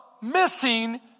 missing